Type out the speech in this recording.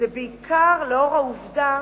זה בעיקר לאור העובדה